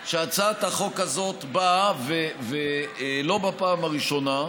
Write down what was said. שהצעת החוק הזאת באה, ולא בפעם הראשונה,